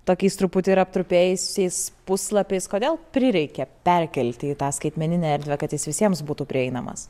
tokiais truputį ir aptrupėjusiais puslapiais kodėl prireikė perkelti į tą skaitmeninę erdvę kad jis visiems būtų prieinamas